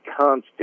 constant